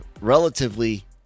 relatively